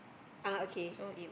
ah okay